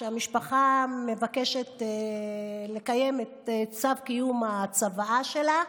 כשהמשפחה מבקשת לקיים את צו קיום הצוואה שלה,